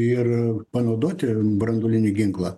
ir panaudoti branduolinį ginklą